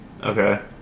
Okay